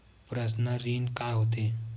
Personal ऋण का होथे?